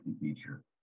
feature